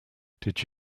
did